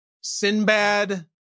Sinbad